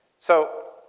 so,